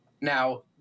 Now